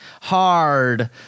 hard